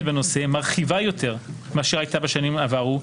בנושא מרחיבה יותר מאשר הייתה בשנים עברו,